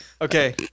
Okay